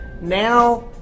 now